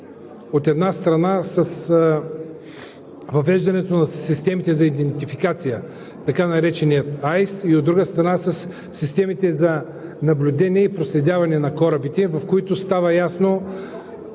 от една страна, с въвеждането на системите за идентификация – така наречения АIS и, от друга страна, със системите за наблюдение и проследяване на корабите, в които става ясно